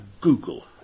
Google